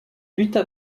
lutta